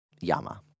Yama